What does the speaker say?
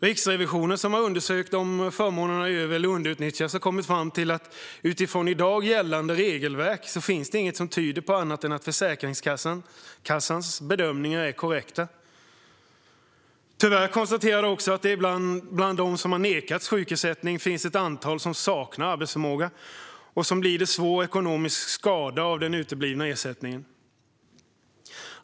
Riksrevisionen, som har undersökt om förmånerna över eller underutnyttjats, har kommit fram till att det utifrån i dag gällande regelverk inte finns något som tyder på annat än att Försäkringskassans bedömningar är korrekta. Tyvärr konstaterar den också att det bland dem som har nekats sjukersättning finns ett antal som saknar arbetsförmåga och som lider svår ekonomisk skada av den uteblivna ersättningen.